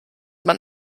man